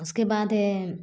उसके बाद है